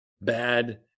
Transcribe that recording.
bad